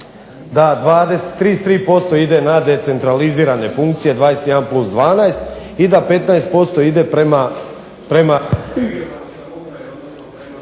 da 33% ide na decentralizirane funkcije 21 plus 12, i da 15% ide prema